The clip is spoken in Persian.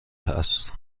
است